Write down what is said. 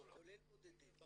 כולל בודדים?